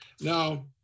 Now